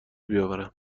بیاورم